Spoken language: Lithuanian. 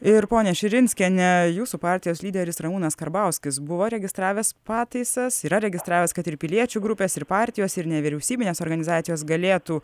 ir ponia širinskiene jūsų partijos lyderis ramūnas karbauskis buvo registravęs pataisas yra registravęs kad ir piliečių grupės ir partijos ir nevyriausybinės organizacijos galėtų